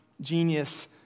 genius